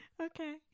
Okay